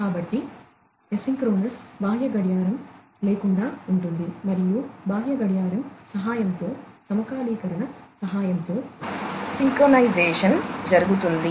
కాబట్టి ఎసిన్క్రోనస్ బాహ్య గడియారం లేకుండా ఉంటుంది మరియు బాహ్య గడియారం సహాయంతో సమకాలీకరణ సహాయంతో సింక్రొనస్ జరుగుతుంది